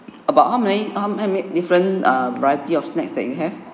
about how many how how many different err variety of snacks that you have